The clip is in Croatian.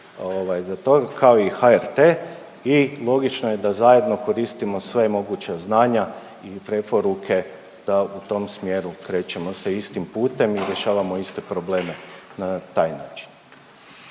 za to kao i HRT i logično je da zajedno koristimo sve moguća znanja i preporuke da u tom smjeru krećemo se istim putem i rješavamo iste probleme na taj način.